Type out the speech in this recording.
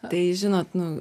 tai žinot nu